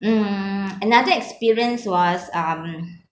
mm another experience was um